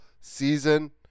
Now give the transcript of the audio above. season